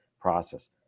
process